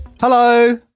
hello